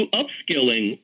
upskilling